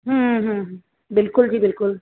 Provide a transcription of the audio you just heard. ਹੂੰ ਹੂੰ ਹੂੰ ਬਿਲਕੁਲ ਜੀ ਬਿਲਕੁਲ